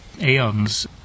eons